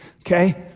okay